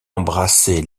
embrassé